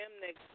next